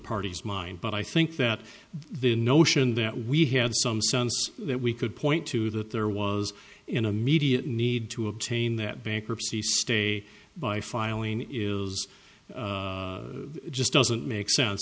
party's mind but i think that the notion that we had some sons that we could point to that there was in a media need to obtain that bankruptcy stay by filing is just doesn't make sense